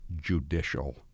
judicial